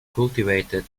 cultivated